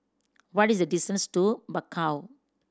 what is the distance to Bakau